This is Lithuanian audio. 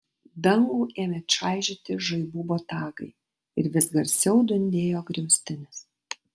dangų ėmė čaižyti žaibų botagai ir vis garsiau dundėjo griaustinis